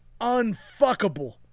unfuckable